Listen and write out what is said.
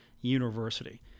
university